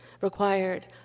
required